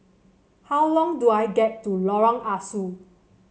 how long do I get to Lorong Ah Soo